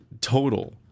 total